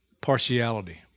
partiality